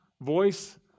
voice